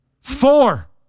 Four